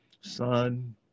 son